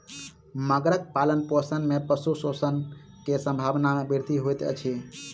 मगरक पालनपोषण में पशु शोषण के संभावना में वृद्धि होइत अछि